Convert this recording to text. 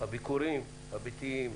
הביקורים הביתיים,